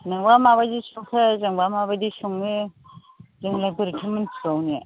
नोंबा माबायदि संखो जोंबा माबायदि सङो जोंलाय बोरैथो मोनथिबावनो